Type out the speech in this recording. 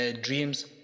dreams